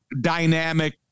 dynamic